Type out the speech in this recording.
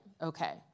okay